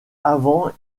avant